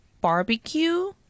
barbecue